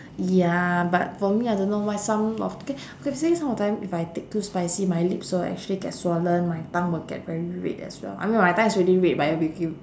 ya but for me I don't know why some of okay okay let say some of time if I take too spicy my lips will actually get swollen my tongue will get very red as well I mean my tongue's already red but it'll be